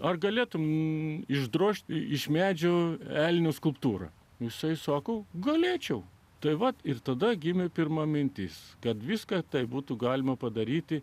ar galėtumei išdrožti iš medžio elnio skulptūrą jisai sakau galėčiau tai vat ir tada gimė pirma mintis kad viską taip būtų galima padaryti